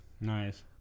Nice